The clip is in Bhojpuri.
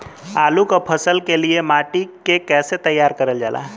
आलू क फसल के लिए माटी के कैसे तैयार करल जाला?